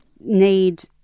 need